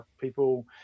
People